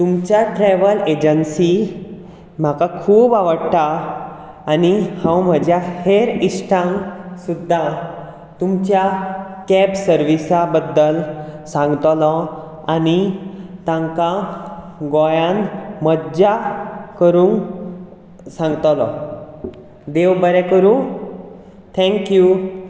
तुमच्या travel agency म्हाका खूब आवडटा आनी हांव म्हज्या हेर इश्टांक सुद्दां तुमच्या कॅब सर्विसा बद्दल सांगतलों आनी तांकां गोंयान मज्जा करूंक सांगतलों देव बरें करूं थेंक यू